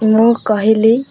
ମୁଁ କହିଲି